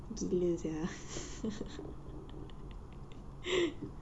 gila jer ah